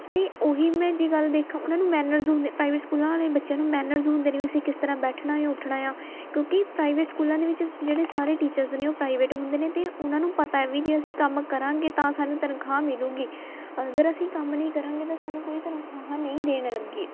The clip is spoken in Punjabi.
ਅਤੇ ਉਹੀ ਮੈਂ ਜੇ ਗੱਲ ਦੇਖਾਂ ਉਹਨਾਂ ਨੂੰ ਮੈਨਰਸ ਹੁੰਦੇ ਪ੍ਰਾਈਵੇਟ ਸਕੂਲਾਂ ਵਾਲੇ ਬੱਚਿਆਂ ਨੂੰ ਮੈਨਰਜ ਹੁੰਦੇ ਨੇ ਵੀ ਅਸੀਂ ਕਿਸ ਤਰ੍ਹਾਂ ਬੈਠਣਾ ਉੱਠਣਾ ਆ ਕਿਉਂਕਿ ਪ੍ਰਾਈਵੇਟ ਸਕੂਲਾਂ ਦੇ ਵਿੱਚ ਜਿਹੜੇ ਸਾਰੇ ਟੀਚਰਸ ਨੇ ਉਹ ਪ੍ਰਾਈਵੇਟ ਹੁੰਦੇ ਨੇ ਅਤੇ ਉਹਨਾਂ ਨੂੰ ਪਤਾ ਹੈ ਵੀ ਜੇ ਅਸੀਂ ਕੰਮ ਕਰਾਂਗੇ ਤਾਂ ਸਾਨੂੰ ਤਨਖਾਹ ਮਿਲੇਗੀ ਅਗਰ ਅਸੀਂ ਕੰਮ ਨਹੀਂ ਕਰਾਂਗੇ ਤਾਂ ਸਾਨੂੰ ਕੋਈ ਤਨਖਾਹਾਂ ਨਹੀਂ ਦੇਣ ਲੱਗੇ